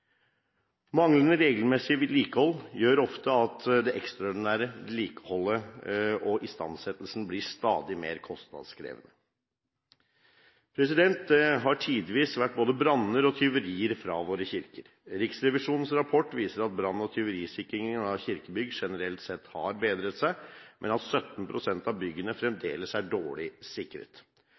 Manglende regelmessig vedlikehold gjør ofte at det ekstraordinære vedlikeholdet og istandsettelsen blir stadig mer kostnadskrevende. Det har tidvis vært både branner og tyverier fra våre kirker. Riksrevisjonens rapport viser at brann- og tyverisikring av kirkebyggene generelt sett har bedret seg, men at 17 pst. av byggene fremdeles er dårlig sikret.